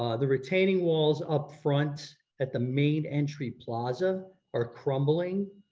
um the retaining walls up front at the main entry plaza are crumbling,